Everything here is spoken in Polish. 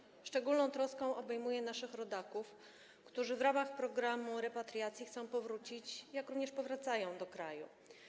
Obecny rząd szczególną troską obejmuje naszych rodaków, którzy w ramach programu repatriacji chcą powrócić, jak również powracają do kraju.